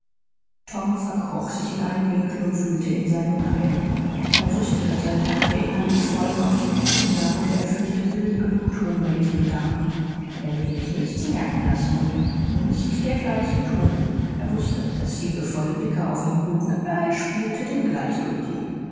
tom verkroch sich in einen winkel und wühlte in seinen leiden er wußte daß seine tante innerlich vor ihm auf den knien lag und er fühlte wilde genugtuung bei diesem gedanken er würde sich nichts merken lassen und nicht dergleichen tun er wußte daß liebevolle blicke auf ihm ruhten aber er spielte den gleichgültigen